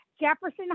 Jefferson